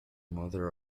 mother